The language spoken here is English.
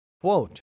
quote